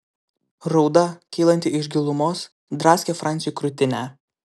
rauda kylanti iš gilumos draskė franciui krūtinę